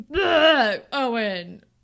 Owen